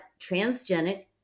transgenic